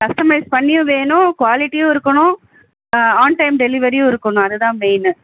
customise பண்ணியும் வேணும் குவாலிட்டியும் இருக்கணும் ஆன் டைம் டெலிவரியும் இருக்கணும் அது தான் மெயினு